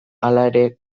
halere